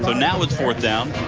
so now it's fourth down.